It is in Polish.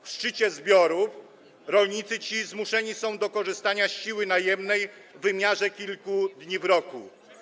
W szczycie zbiorów rolnicy ci zmuszeni są do korzystania z siły najemnej w wymiarze kilku dni w roku.